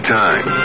time